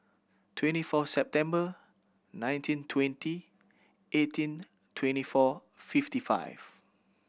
twenty four September nineteen twenty eighteen twenty four fifty five